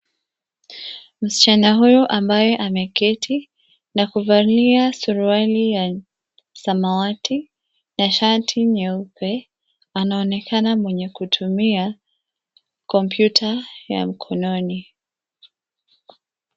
Msichana huyu ambaye ameketi na kuvalia suruali ya samawati na shati nyeupe, anaonekana mwenye kutumia kompyuta ya mkononi.